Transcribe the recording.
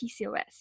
PCOS